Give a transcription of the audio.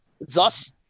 Thus